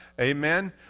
Amen